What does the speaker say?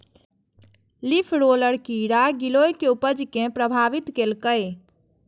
leaf roller कीड़ा गिलोय के उपज कें प्रभावित केलकैए